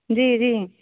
जी जी